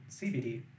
CBD